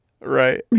Right